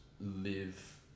live